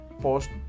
post